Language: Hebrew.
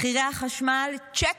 מחירי החשמל, צ'ק,